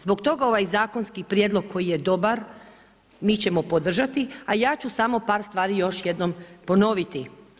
Zbog toga ovaj zakonski prijedlog koji je dobar mi ćemo podržati a ja ću samo par stvari još jednom ponoviti.